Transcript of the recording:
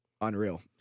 unreal